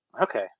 Okay